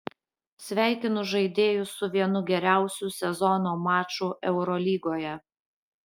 sveikinu žaidėjus su vienu geriausių sezono mačų eurolygoje